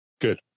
Good